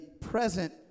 present